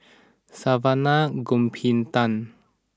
Saravanan Gopinathan